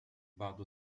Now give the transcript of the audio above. بعض